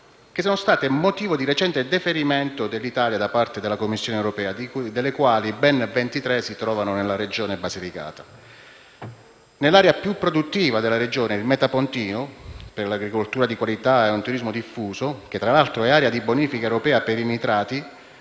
che sono state motivo di recente deferimento dell'Italia da parte della Commissione europea, ben 23 delle quali si trovano in Basilicata. Inoltre, nell'area più produttiva della Basilicata, il Metapontino, per l'agricoltura di qualità e un turismo diffuso, che tra l'altro è area di bonifica europea per i nitrati,